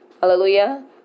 Hallelujah